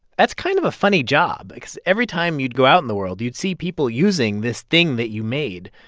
that's kind of a funny job because every time you'd go out in the world you'd see people using this thing that you made,